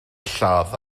lladd